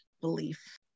belief